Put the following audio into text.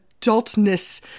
adultness